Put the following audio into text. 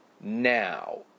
now